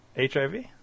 HIV